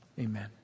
amen